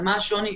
מה השוני?